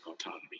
autonomy